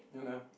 ya lah